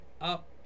up